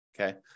Okay